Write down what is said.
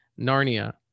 Narnia